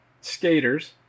skaters